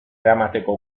eramateko